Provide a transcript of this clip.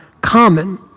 common